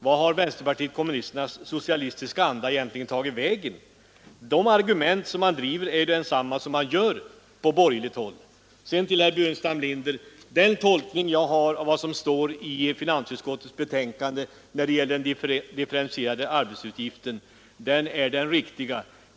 Vart har vpk:s socialistiska anda egentligen tagit vägen? De argument vpk driver är ju desamma som man använder på borgerligt håll. Sedan några ord till herr Burenstam Linder. Den tolkning jag har av 39 vad som står i finansutskottets betänkande när det gäller den differentierade arbetsgivaravgiften är den riktiga.